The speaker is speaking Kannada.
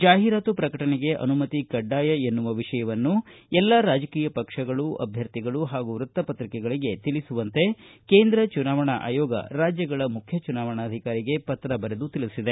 ಜಾಹೀರಾತು ಪ್ರಕಟಣೆಗೆ ಅನುಮತಿ ಕಡ್ಡಾಯ ಎನ್ನುವ ವಿಷಯವನ್ನು ಎಲ್ಲಾ ರಾಜಕೀಯ ಪಕ್ಷಗಳು ಅಭ್ಯರ್ಥಿಗಳು ಹಾಗೂ ವೃತ್ತ ಪತ್ರಿಕೆಗಳಿಗೆ ತಿಳಿಸುವಂತೆ ಕೇಂದ್ರ ಚುನಾವಣಾ ಆಯೋಗ ರಾಜ್ಯಗಳ ಮುಖ್ಯ ಚುನಾವಣಾಧಿಕಾರಿಗೆ ಪತ್ರ ಬರೆದಿದೆ